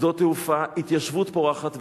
שדות תעופה, התיישבות פורחת.